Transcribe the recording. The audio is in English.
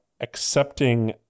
accepting